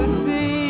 see